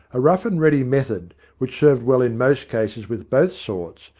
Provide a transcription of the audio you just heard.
a rough and ready method, which served well in most cases with both sorts,